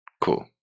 Cool